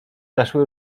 zaszły